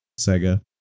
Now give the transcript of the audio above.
sega